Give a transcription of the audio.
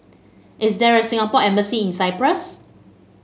is there a Singapore Embassy in Cyprus